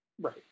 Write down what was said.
Right